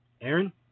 Aaron